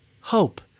hope